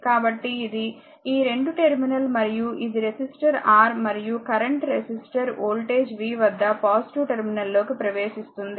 కాబట్టి ఇది ఈ 2 టెర్మినల్ మరియు ఇది రెసిస్టర్ R మరియు కరెంట్ రెసిస్టర్ వోల్టేజ్ v వద్ద పాజిటివ్ టెర్మినల్ లోకి ప్రవేశిస్తుంది